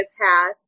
path